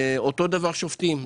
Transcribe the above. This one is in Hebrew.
אותו דבר שופטים.